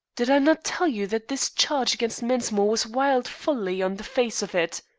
did i not tell you that this charge against mensmore was wild folly on the face of it?